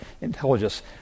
intelligence